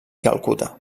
calcuta